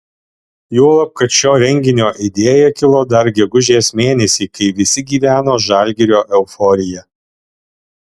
juolab kad šio renginio idėja kilo dar gegužės mėnesį kai visi gyveno žalgirio euforija